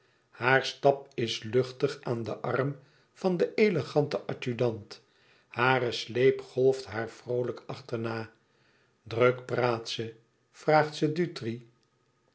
haar stap is luchtig aan den arm van den eleganten adjudant hare sleep golft haar vroolijk achterna druk praat ze vraagt ze